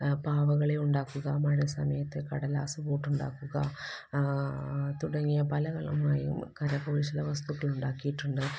പാവകളെ ഉണ്ടാക്കുക മഴ സമയത്ത് കടലാസ് ബോട്ട് ഉണ്ടാക്കുക തുടങ്ങിയ പലതരമായും കരകൗശല വസ്തുക്കള് ഉണ്ടാക്കിയിട്ടുണ്ട്